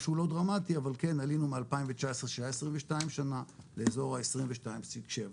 משהו לא דרמטי אבל עלינו מ-2019 שהיה 22 שנה לאיזור ה-22.7 שנה.